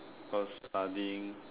cause studying